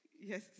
Yes